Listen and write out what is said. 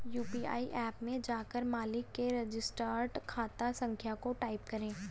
UPI app में जाकर मालिक के रजिस्टर्ड खाता संख्या को टाईप करें